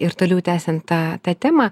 ir toliau tęsiant tą tą temą